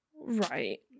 Right